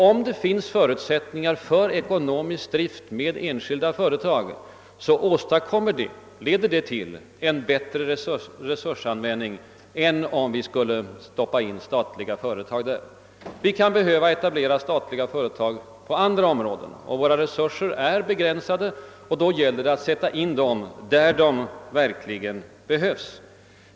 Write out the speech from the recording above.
Om det finns förutsättningar för ekonomisk drift med enskilda företag leder det till en bättre resursanvändning än om vi skulle etablera statliga företag. Vi kan behöva etablera statliga företag på andra områden. Våra resurser är begränsade; det gäller att sätta in dem där de verkligen behövs.